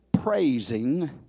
praising